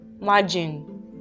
margin